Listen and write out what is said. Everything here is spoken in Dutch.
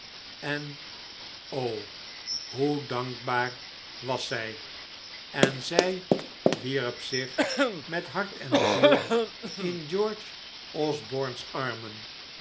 en o hoe dankbaar was zij en zij wierp zich met hart en ziel in george osborne's armen